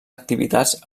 activitats